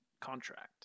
contract